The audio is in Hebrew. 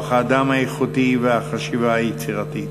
כוח האדם האיכותי והחשיבה היצירתית.